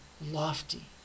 lofty